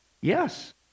Yes